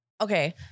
Okay